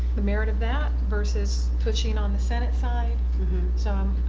the merit of that versus pushing on the senate side so